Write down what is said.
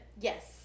Yes